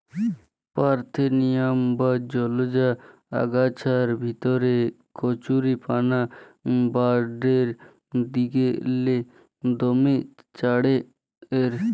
parthenium বা জলা আগাছার ভিতরে কচুরিপানা বাঢ়্যের দিগেল্লে দমে চাঁড়ের